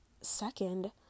second